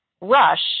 rush